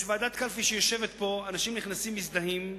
יש ועדת קלפי שיושבת פה, אנשים נכנסים, מזדהים,